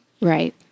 Right